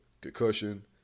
concussion